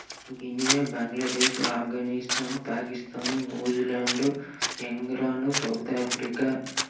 Guinea Bangladesh Afghanistan Pakistan New Zealand England South Africa